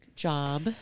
Job